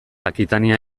akitania